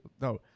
No